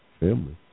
family